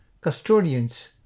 custodians